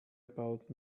about